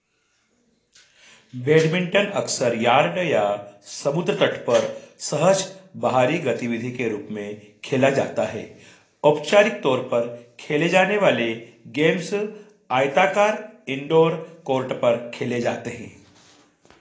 badminton अक्सर yard या समुद्र तट पर सहज बाहरी गतिविधि के रूप में खेला जाता है औपचारिक तौर पर खेले जाने वाले गेम्स आयताकार इनडोर कोर्ट पर खेले जाते हैं